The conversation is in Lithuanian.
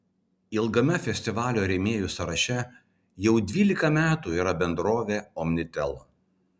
ilgame festivalio rėmėjų sąraše jau dvylika metų yra bendrovė omnitel